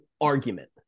argument